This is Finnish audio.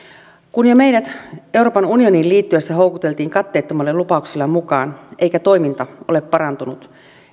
kun meidät jo euroopan unioniin liittyessämme houkuteltiin katteettomilla lupauksilla mukaan eikä toiminta ole parantunut